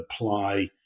apply